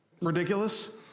Ridiculous